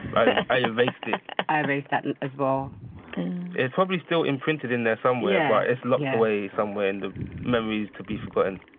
i erased it. i erased that and as well it's probably still imprinted in there somewhere, but it's locked away somewhere in the memories to be forgotten.